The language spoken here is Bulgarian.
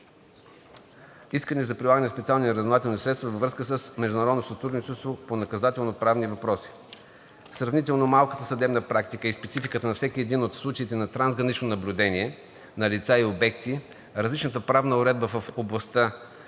Искания за прилагане на СРС във връзка с международното сътрудничество по наказателноправни въпроси. Сравнително малката съдебна практика и спецификата на всеки един от случаите на трансграничното наблюдение на лица и обекти, различната правна уредба в областта